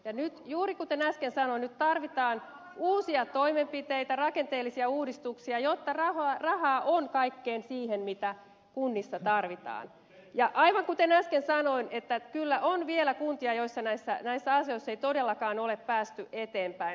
nyt juuri kuten äsken sanoin tarvitaan uusia toimenpiteitä rakenteellisia uudistuksia jotta rahaa on kaikkeen siihen mitä kunnissa tarvitaan ja aivan kuten äsken sanoin kyllä on vielä kuntia joissa näissä asioissa ei todellakaan ole päästy eteenpäin